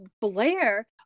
Blair